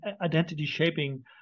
identity-shaping